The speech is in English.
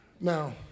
Now